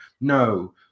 no